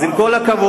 אז עם כל הכבוד,